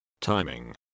timing